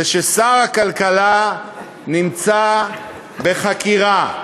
זה ששר הכלכלה נמצא בחקירה,